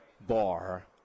bar